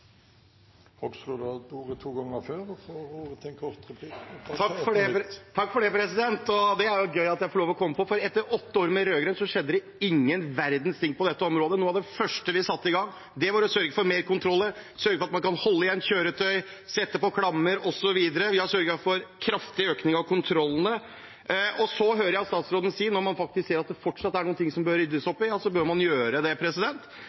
Hoksrud har hatt ordet to ganger før og får ordet til en kort merknad, begrenset til 1 minutt. Det er gøy at jeg får lov til å komme på, for etter åtte år med rød-grønt skjedde det ingen verdens ting på dette området. Noe av det første vi satte i gang, var å sørge for flere kontroller, sørge for at man kan holde igjen kjøretøy, sette på klammer osv. Vi har sørget for en kraftig økning av kontrollene. Jeg hører statsråden si at når det fortsatt er en del å rydde opp i, bør man gjøre det.